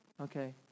Okay